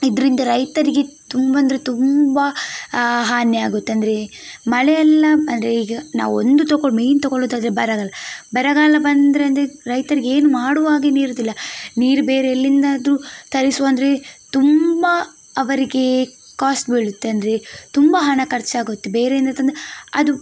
ಇದರಿಂದ ರೈತರಿಗೆ ತುಂಬ ಅಂದರೆ ತುಂಬ ಹಾನಿ ಆಗುತ್ತೆ ಅಂದರೆ ಮಳೆಯೆಲ್ಲ ಅಂದರೆ ಈಗ ನಾವು ಒಂದು ತಗೊ ಮೇಯ್ನ್ ತಗೊಳ್ಳೋದಾದರೆ ಬರಗಾಲ ಬರಗಾಲ ಬಂದರೆ ಅಂದರೆ ರೈತರಿಗೆ ಏನೂ ಮಾಡುವಾಗೇನೂ ಇರುವುದಿಲ್ಲ ನೀರು ಬೇರೆ ಎಲ್ಲಿಂದಾದರೂ ತರಿಸುವಂದ್ರೆ ತುಂಬ ಅವರಿಗೆ ಕಾಸ್ಟ್ ಬೀಳುತ್ತೆ ಅಂದರೆ ತುಂಬ ಹಣ ಖರ್ಚಾಗುತ್ತೆ ಬೇರೆ ಏನಾಗುತ್ತೆ ಅಂದರೆ ಅದು